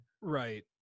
Right